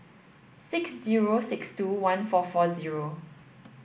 six zero six two one four four zero